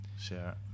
share